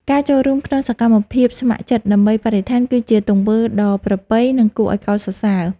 ការចូលរួមក្នុងសកម្មភាពស្ម័គ្រចិត្តដើម្បីបរិស្ថាន គឺជាទង្វើដ៏ប្រពៃ និងគួរឱ្យកោតសរសើរ។